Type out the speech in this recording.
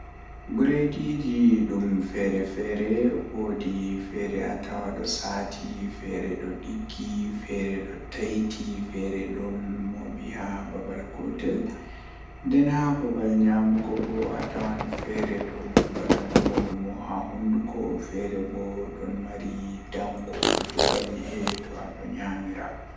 Ko mi ɓurɗaa yiɗuki haa asaweere tomi heɓi siwtaare E njalbi ɗiɗɗi, miɗo yiɗi waɗde jokkondirde e mawniraaɓe e rewbataaɗe miijii. Miɗo yiɗi faalaa ko waɗde hooɓe e keewal walla miɗo waɗde laawol torooji ngam ɓurnde nder cuɓoraaɗi.